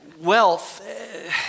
wealth